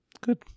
Good